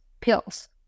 pills